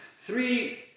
three